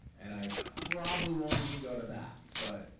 and i probably won't even go to that but.